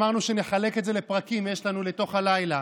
אמרנו שנחלק את זה לפרקים, יש לנו לתוך הלילה,